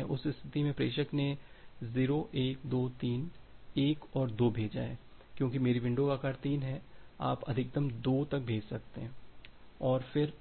उस स्थिति में प्रेषक ने 0 1 2 3 1 और 2 भेजा है क्योंकि मेरी विंडो का आकार 3 है आप अधिकतम 2 तक भेज सकते हैं और फिर